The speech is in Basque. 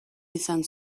izan